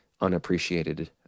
unappreciated